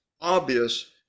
obvious